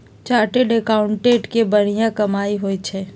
chartered accountant के बनिहा कमाई होई छई